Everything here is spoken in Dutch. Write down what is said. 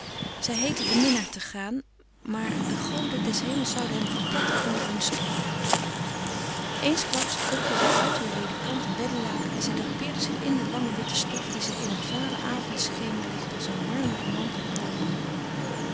zij heette den minnaar te gaan maar de goden des hemels zouden hem verpletteren onder hun straf eensklaps rukte zij uit heur ledikant een beddelaken en zij drapeerde zich in de lange witte stof die zich in het vale avondschemerlicht als een marmeren mantel plooide